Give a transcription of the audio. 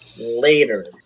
later